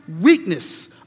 weakness